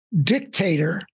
dictator